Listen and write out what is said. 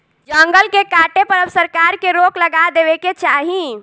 जंगल के काटे पर अब सरकार के रोक लगा देवे के चाही